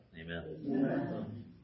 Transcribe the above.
Amen